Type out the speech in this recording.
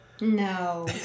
No